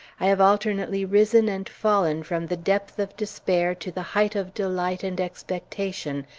i have alternately risen and fallen from the depth of despair to the height of delight and expectation,